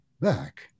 back